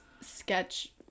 sketch